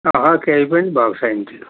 अँहँ केही पनि भएको छैन त